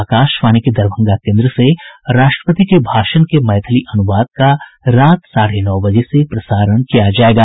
आकाशवाणी के दरभंगा केंद्र से राष्ट्रपति के भाषण के मैथिली अनुवाद का रात साढ़े नौ बजे से प्रसारण किया जायेगा